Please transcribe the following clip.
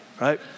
right